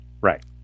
Right